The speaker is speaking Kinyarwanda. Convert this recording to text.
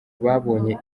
babonye